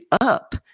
up